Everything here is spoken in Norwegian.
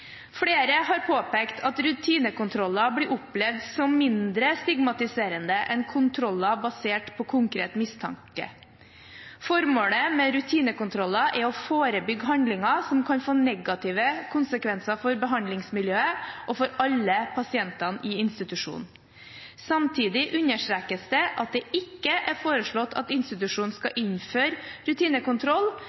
Flere har påpekt at rutinekontroller blir opplevd som mindre stigmatiserende enn kontroller basert på konkret mistanke. Formålet med rutinekontroller er å forebygge handlinger som kan få negative konsekvenser for behandlingsmiljøet og for alle pasientene i institusjonen. Samtidig understrekes det at det ikke er foreslått at institusjonen skal innføre rutinekontroll,